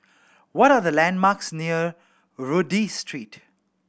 what are the landmarks near Rodyk Street